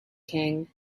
king